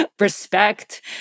respect